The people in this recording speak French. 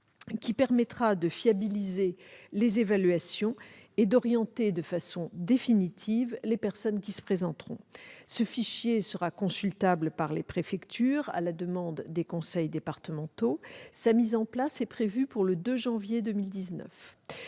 qui permettra de fiabiliser les évaluations et d'orienter de façon définitive les personnes qui se présenteront. Ce fichier sera consultable par les préfectures, à la demande des conseils départementaux. Sa mise en place est prévue pour le 2 janvier 2019.